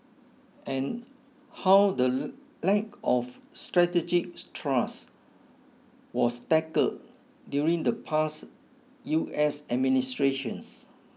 and how the lack of strategic trust was tackled during the past U S administrations